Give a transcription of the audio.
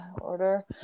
order